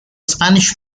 spanish